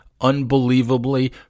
unbelievably